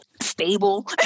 Stable